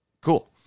Cool